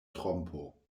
trompo